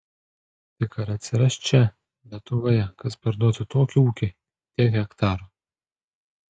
tik ar atsiras čia lietuvoje kas parduotų tokį ūkį tiek hektarų